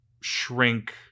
shrink